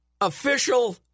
official